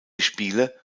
spiele